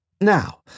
Now